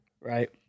Right